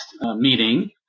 meeting